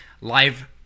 live